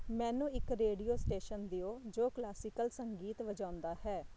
ਮੈਨੂੰ ਇੱਕ radio station ਦਿਉ ਜੋ ਕਲਾਸੀਕਲ ਸੰਗੀਤ ਵਜਾਉਂਦਾ ਹੈ